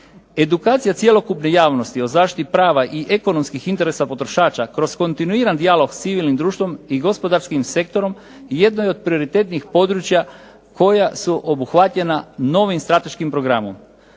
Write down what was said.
Edukacija cjelokupne javnosti o zaštiti prava i ekonomskih interesa potrošača kroz kontinuiran dijalog s civilnim društvom i gospodarskim sektorom jedno je od prioritetnih područja koja su obuhvaćena novim strateškim programom.